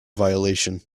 violation